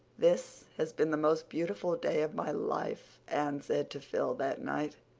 this has been the most beautiful day of my life, anne said to phil that night.